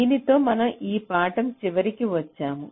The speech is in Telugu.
దీనితో మనం ఈ పాఠం చివరికి వచ్చాము